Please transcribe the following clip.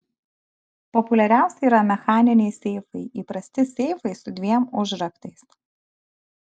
populiariausi yra mechaniniai seifai įprasti seifai su dviem užraktais